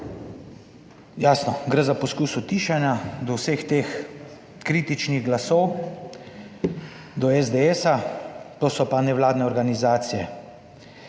Jasno, gre za poskus utišanja do vseh teh kritičnih glasov do SDS, to so pa nevladne organizacije.